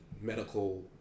medical